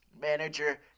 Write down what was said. manager